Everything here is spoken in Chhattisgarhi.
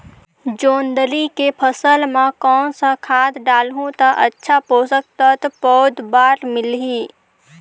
जोंदरी के फसल मां कोन सा खाद डालहु ता अच्छा पोषक तत्व पौध बार मिलही?